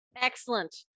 Excellent